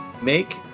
Make